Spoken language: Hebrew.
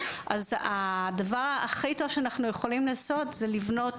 אז הדבר הכי טוב שאנחנו יכולים לעשות זה לבנות